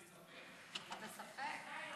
ספק?